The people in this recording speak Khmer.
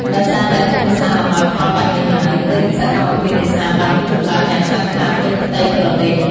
ដោយសារតែភូមិសាស្ត្រអំណោយផលបែបនេះហើយ ទើបសកម្មភាពនេសាទបានរីកចម្រើនយ៉ាងខ្លាំងក្លាពេញផ្ទៃប្រទេស។